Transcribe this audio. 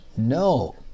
No